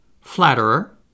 flatterer